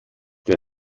der